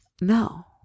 no